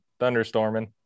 thunderstorming